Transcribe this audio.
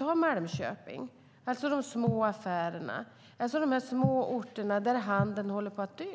och Malmköping - de små affärerna och de små orterna där handeln håller på att dö.